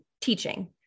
teaching